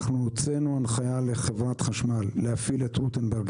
הוצאנו הנחייה לחברת חשמל ביום רביעי בצהריים להפעיל את רוטנברג